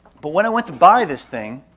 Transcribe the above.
but when i went to buy this thing,